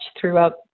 throughout